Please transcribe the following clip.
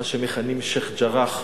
מה שמכנים שיח'-ג'ראח.